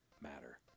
matter